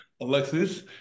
Alexis